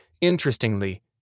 Interestingly